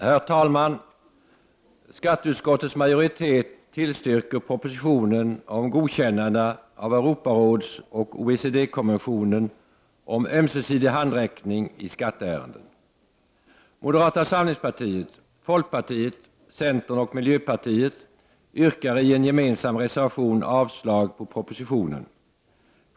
Herr talman! Skatteutskottets majoritet tillstyrker propositionen om godkännande av Europarådsoch OECD-konventionen om ömsesidig handräckning i skatteärenden. Moderata samlingspartiet, folkpartiet, centern och miljöpartiet yrkar i en gemensam reservation avslag på propositionen.